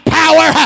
power